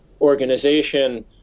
organization